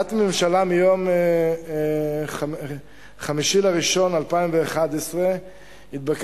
בהחלטת ממשלה מיום 5 בינואר 2011 התבקש